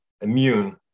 immune